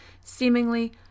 seemingly